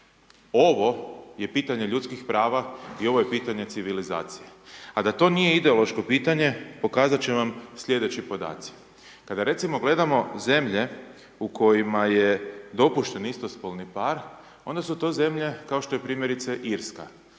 Ovo je pitanje ljudskih prava i ovo je pitanje civilizacije, a da to nije ideološko pitanje pokazat će vam slijedeći podaci. Kada recimo gledamo zemlje u kojima je dopušten istospolni par onda su to zemlje kao što je primjerice Irska,